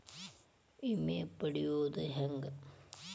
ವಿಮೆ ಪಡಿಯೋದ ಹೆಂಗ್?